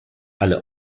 alle